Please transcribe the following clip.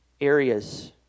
areas